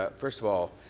ah first of all,